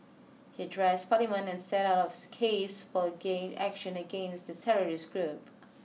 he addressed Parliament and set out his case for gain action against the terrorist group